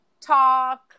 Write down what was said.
talk